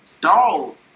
dog